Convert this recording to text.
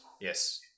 Yes